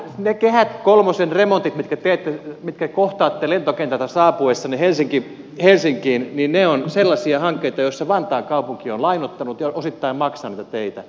ne kehä kolmosen remontit mitkä kohtaatte saapuessanne lentokentältä helsinkiin ovat sellaisia hankkeita joissa vantaan kaupunki on lainoittanut ja osittain maksanut niitä teitä niitä investointeja